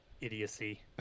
idiocy